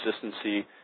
consistency